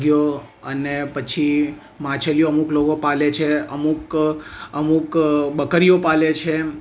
મરઘીઓ અને પછી માછલીઓ અમુક લોકો પાળે છે અમુક અમુક બકરીઓ પાળે છે